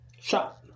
Shot